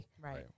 Right